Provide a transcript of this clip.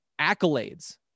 accolades